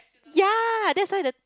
ya that's why the